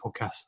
podcast